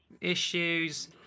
issues